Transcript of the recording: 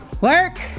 Work